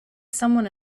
someone